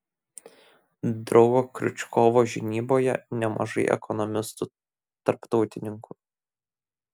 draugo kriučkovo žinyboje nemažai ekonomistų tarptautininkų